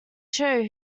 show